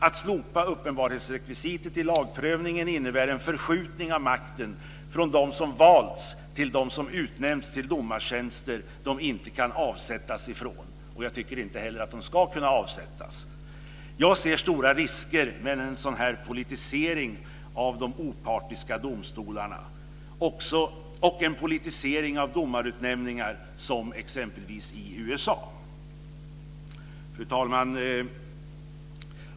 Att slopa uppenbarhetsrekvisitet i lagprövningen innebär en förskjutning av makten från dem som valts till dem som utnämnts till domartjänster de inte kan avsättas från. Jag tycker inte heller att de ska kunna avsättas. Jag ser stora risker med en sådan politisering av de opartiska domstolarna och en politisering av domarutnämningar, som i USA. Fru talman!